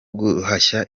guhashya